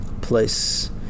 place